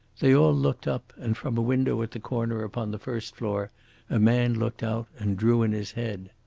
they all looked up and, from a window at the corner upon the first floor a man looked out and drew in his head.